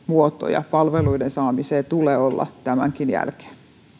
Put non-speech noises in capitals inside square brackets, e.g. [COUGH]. [UNINTELLIGIBLE] muotoja palveluiden saamiselle tulee olla tämänkin jälkeen